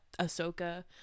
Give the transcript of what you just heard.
ahsoka